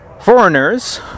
foreigners